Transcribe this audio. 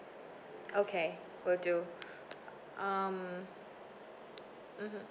okay will do um mmhmm